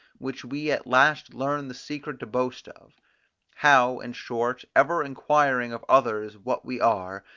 which we at last learn the secret to boast of how, in short, ever inquiring of others what we are,